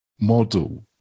model